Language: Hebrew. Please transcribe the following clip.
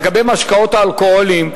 לגבי המשקאות האלכוהוליים,